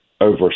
over